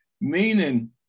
meaning